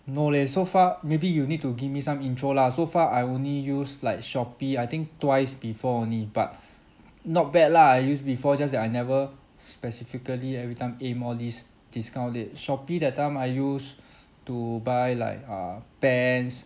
no leh so far maybe you need to give me some intro lah so far I only use like Shopee I think twice before only but not bad lah I use before just that I never specifically every time aim all this discount leh Shopee that time I use to buy like err pants